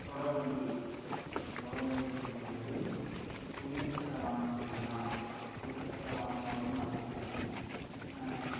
தொடர்வண்டி தொடர்வண்டின்னு சொல்ல முடியாது ஒரு இரு சக்கர வாகனம் செய்யலாம் இரு சக்கர வாகனமாகவும் அதை பயன்படுத்திக்கலாம்